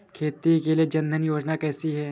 खेती के लिए जन धन योजना कैसी है?